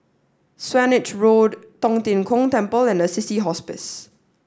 Swanage Road Tong Tien Kung Temple and Assisi Hospice